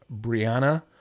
Brianna